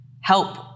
help